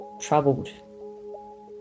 troubled